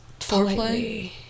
Foreplay